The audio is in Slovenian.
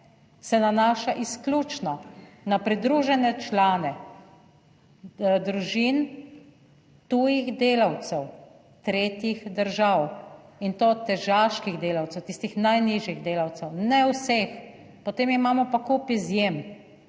se nanaša izključno na pridružene člane družin tujih delavcev tretjih držav, in to težaških delavcev, tistih najnižjih delavcev, ne vseh, potem imamo pa kup izjem.